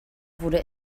wurde